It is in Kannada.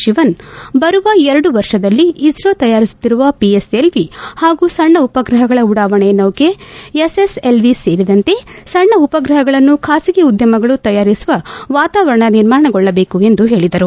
ಶವನ್ ಬರುವ ಎರಡು ವರ್ಷದಲ್ಲಿ ಇಸ್ತೋ ತತಯಾರಿಸುತ್ತಿರುವ ಪಿ ಎಸ್ ಎಲ್ ಎ ಹಾಗೂ ಸಣ್ಣ ಉಪಗ್ರಹಗಳ ಉಡಾವಣೆ ನೌಕೆ S S L A A ಸೇರಿದಂತೆ ಸಣ್ಣ ಉಪಗ್ರಹಗಳನ್ನು ಖಾಸಗಿ ಉದ್ಭಮಗಳು ತಯಾರಿಸುವ ವಾತವರಣ ನಿರ್ಮಾಣಗೊಳ್ಳಬೇಕು ಎಂದು ಹೇಳಿದರು